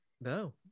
No